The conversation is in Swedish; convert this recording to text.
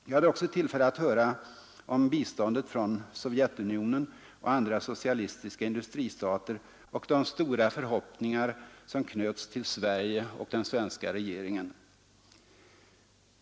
Jag hade också tillfälle att höra om biståndet från Sovjetunionen och andra socialistiska industristater och de stora förhoppningar som knöts till Sverige och den svenska regeringen.